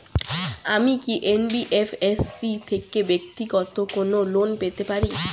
আমি কি এন.বি.এফ.এস.সি থেকে ব্যাক্তিগত কোনো লোন পেতে পারি?